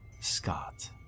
Scott